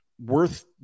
worth